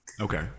Okay